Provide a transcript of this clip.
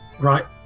right